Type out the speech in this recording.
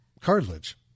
cartilage